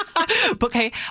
Okay